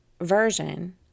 version